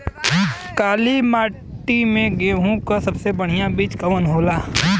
काली मिट्टी में गेहूँक सबसे बढ़िया बीज कवन होला?